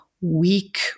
weak